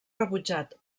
rebutjat